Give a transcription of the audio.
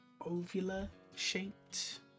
ovular-shaped